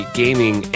gaming